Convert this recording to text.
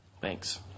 Thanks